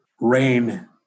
rain